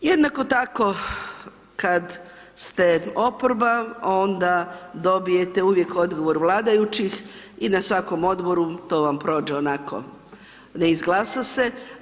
Jednako tako, kad ste oporba onda dobijete uvijek odgovor vladajućih i na svakom Odboru to vam prođe onako, ne izglasa se.